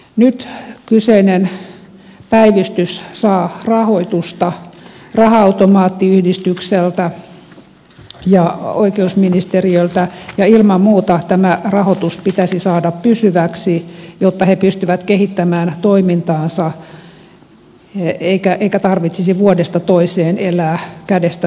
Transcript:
nyt kyseinen päivystys saa rahoitusta raha automaattiyhdistykseltä ja oikeusministeriöltä ja ilman muuta tämä rahoitus pitäisi saada pysyväksi jotta se pystyy kehittämään toimintaansa eikä tarvitsisi vuodesta toiseen elää kädestä suuhun